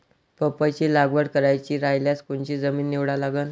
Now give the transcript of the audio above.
पपईची लागवड करायची रायल्यास कोनची जमीन निवडा लागन?